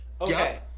Okay